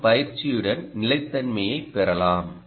சிறிது பயிற்சியுடன் நிலைத்தன்மையைப் பெறலாம்